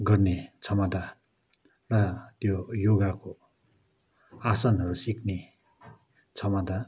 गर्ने क्षमता र त्यो योगाको आसनहरू सिक्ने क्षमता